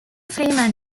freeman